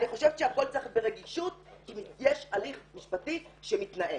אני חושבת שהכול צריך ברגישות אם יש הליך משפטי שמתנהל.